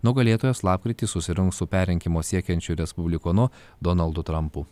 nugalėtojas lapkritį susirungs su perrinkimo siekiančiu respublikonu donaldu trampu